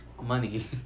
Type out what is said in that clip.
money